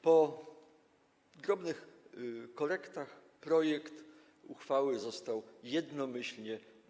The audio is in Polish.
Po drobnych korektach projekt uchwały został przyjęty jednomyślnie.